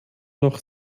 noch